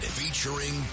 featuring